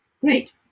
Great